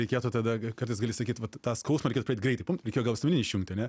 reikėtų tada kartais gali sakyt vat tą skausmą reikėtų pradėt greitai pumt reikėjo gal visuomeninį išjungti